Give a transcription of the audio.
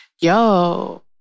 Yo